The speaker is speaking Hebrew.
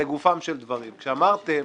לגופם של דברים, כשאמרתם